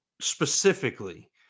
specifically